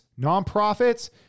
nonprofits